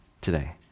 today